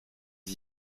les